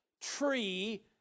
tree